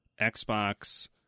Xbox